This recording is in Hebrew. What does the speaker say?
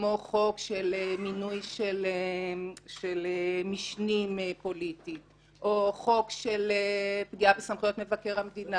כמו: חוק מינוי משנים פוליטיים או חוק של פגיעה בסמכויות מבקר המדינה,